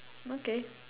okay